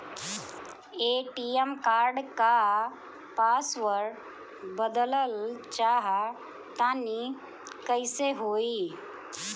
ATM card क password बदलल चाहा तानि कइसे होई?